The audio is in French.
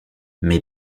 mais